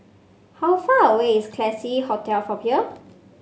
how far away is Classique Hotel from here